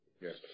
Yes